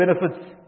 benefits